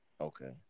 okay